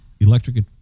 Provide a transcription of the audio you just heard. electric